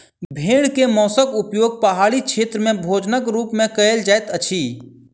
भेड़ के मौंसक उपयोग पहाड़ी क्षेत्र में भोजनक रूप में कयल जाइत अछि